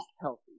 healthy